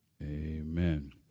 Amen